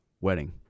wedding